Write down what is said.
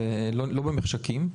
זה לא במחשכים,